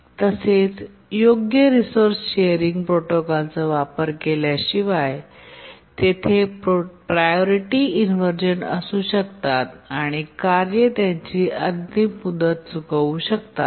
तसेच योग्य resource sharing प्रोटोकॉलचा वापर केल्याशिवाय तेथे प्रायोरिटी इनव्हर्जन असू शकतात आणि कार्ये त्यांची अंतिम मुदत चुकवू शकतात